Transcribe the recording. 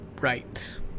Right